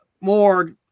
more